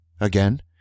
Again